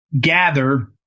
gather